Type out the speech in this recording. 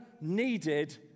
needed